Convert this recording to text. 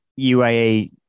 UAE